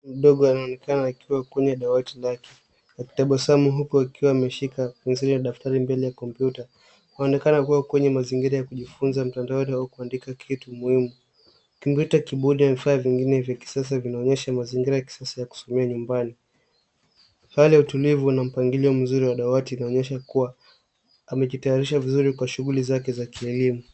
Mtoto mdogo anaonekana kuwa kwenye dawati lake akitabasamu huku akiwa ameshika penseli na daftari mbele ya kompyuta. Anaonekana kuwa kwenye mazingira ya kujifunza mtandaoni au kuandika kitu muhimu. kompyuta, kibodi na vifaa vingine vya kisasa vinaonyesha mazingira ya kisasa ya kusomea nyumbani. Hali ya utulivu na mpangilio mzuri wa dawati laonyesha kuwa amejitayarisha vizuri kwa shughuli zake za kielimu.